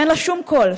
שאין לה שום קול,